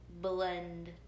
blend